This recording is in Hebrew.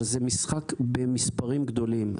אבל זה משחק במספרים גדולים,